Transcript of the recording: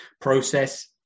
process